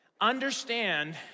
Understand